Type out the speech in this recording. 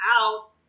out